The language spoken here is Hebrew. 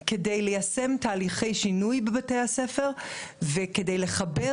כדי ליישם תהליכי שינוי בבתי הספר וכדי לחבר